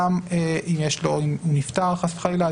גם אם הוא נפטר חס וחלילה,